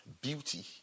beauty